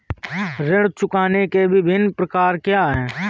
ऋण चुकाने के विभिन्न प्रकार क्या हैं?